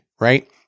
right